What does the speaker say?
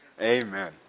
Amen